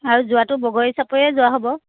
আৰু যোৱাটো বগৰী চাপৰীয়ে যোৱা হ'ব